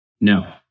No